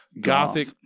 gothic